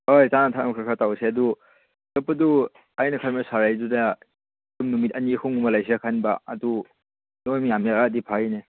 ꯍꯣꯏ ꯆꯥꯅ ꯊꯛꯅꯕ ꯈꯔ ꯈꯔ ꯇꯧꯁꯦ ꯑꯗꯨ ꯆꯠꯄꯗꯨ ꯑꯩꯅ ꯈꯟꯕꯅ ꯁꯥꯔ ꯍꯣꯏꯗꯨꯗ ꯑꯗꯨꯝ ꯅꯨꯃꯤꯠ ꯑꯅꯤ ꯑꯍꯨꯝꯒꯨꯝꯕ ꯂꯩꯁꯤꯔꯥ ꯈꯟꯕ ꯑꯗꯨ ꯅꯣꯏ ꯃꯌꯥꯝ ꯌꯥꯎꯔꯛꯂꯗꯤ ꯐꯩꯅꯦ